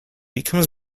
becomes